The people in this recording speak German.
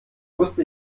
wusste